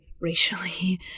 racially